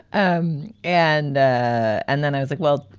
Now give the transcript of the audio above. um and ah and then i was like, well,